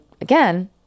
again